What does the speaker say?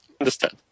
understand